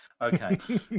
Okay